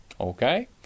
Okay